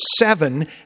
seven